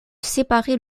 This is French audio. séparer